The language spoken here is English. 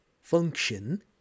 function